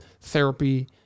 therapy